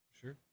sure